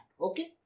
Okay